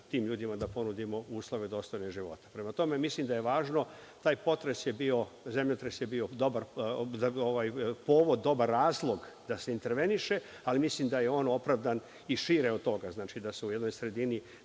tim ljudima da ponudimo uslove dostojne života. Prema tome, mislim da je važno, taj potres je bio, zemljotres je bio dobar povod, dobar razlog da se interveniše, ali mislim da je on opravdan i šire od toga. Znači, da se u jednoj sredini